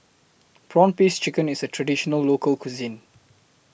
Prawn Paste Chicken IS A Traditional Local Cuisine